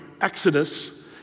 Exodus